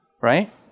right